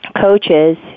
coaches